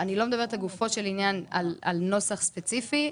אני לא מדברת לגופו של עניין על נוסח ספציפי,